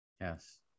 Yes